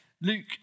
Luke